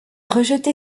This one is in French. rejeté